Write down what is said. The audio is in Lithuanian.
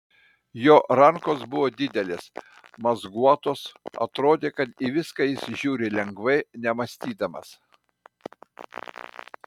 jo rankos buvo didelės mazguotos atrodė kad į viską jis žiūri lengvai nemąstydamas